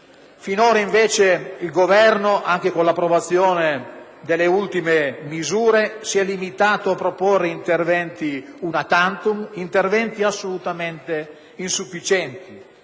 Finora, invece, il Governo, anche con l'approvazione delle ultime misure, si è limitato a proporre interventi *una tantum* assolutamente insufficienti